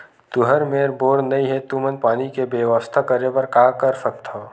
तुहर मेर बोर नइ हे तुमन पानी के बेवस्था करेबर का कर सकथव?